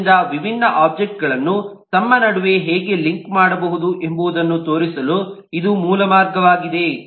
ಆದ್ದರಿಂದ ವಿಭಿನ್ನ ಒಬ್ಜೆಕ್ಟ್ಗಳನ್ನು ತಮ್ಮ ನಡುವೆ ಹೇಗೆ ಲಿಂಕ್ ಮಾಡಬಹುದು ಎಂಬುದನ್ನು ತೋರಿಸಲು ಇದು ಮೂಲ ಮಾರ್ಗವಾಗಿದೆ